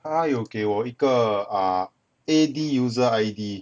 他有给我一个 ah A_D user I_D